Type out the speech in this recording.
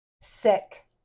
Sick